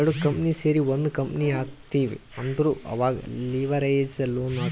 ಎರಡು ಕಂಪನಿ ಸೇರಿ ಒಂದ್ ಕಂಪನಿ ಆಗ್ಲತಿವ್ ಅಂದುರ್ ಅವಾಗ್ ಲಿವರೇಜ್ ಲೋನ್ ತಗೋತ್ತಾರ್